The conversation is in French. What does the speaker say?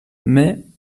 mais